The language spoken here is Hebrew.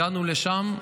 הגענו לשם,